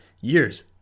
years